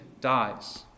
dies